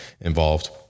involved